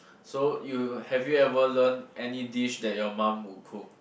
so you have you ever learnt any dish that your mum will cook